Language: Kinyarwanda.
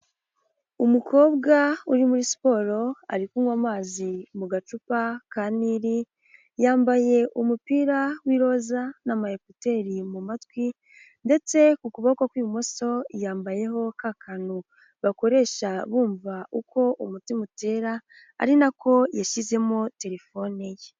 Umukobwa uri muri siporo ari kunywa amazi mu gacupa ka Nili, yambaye umupira w'iroza n'amayekuteri mu matwi ndetse ku kuboko kw'imoso yambayeho k'akantu bakoresha bumva uko umutima utera ari nako yashyizemo telefone ye.